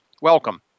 Welcome